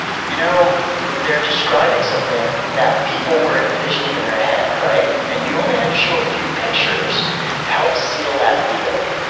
you know they're describing something that people were envisioning in their head, right? and you only had to show a few pictures to help seal that deal.